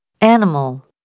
animal